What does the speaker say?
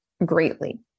Greatly